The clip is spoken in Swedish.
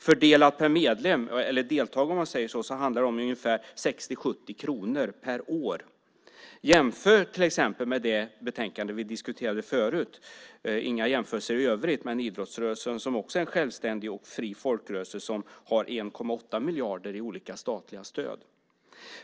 Fördelat per deltagare handlar det om ungefär 60-70 kronor per år, jämfört till exempel med det betänkande vi diskuterade förut - inga jämförelser i övrigt - med idrottsrörelsen som också är en självständig och fri folkrörelse som har 1,8 miljarder i olika statliga stöd.